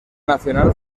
nacional